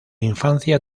infancia